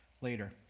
later